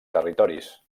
territoris